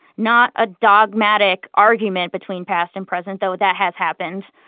not a dogmatic argument between past and present, though that has happened.